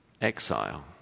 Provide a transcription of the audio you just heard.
Exile